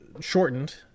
shortened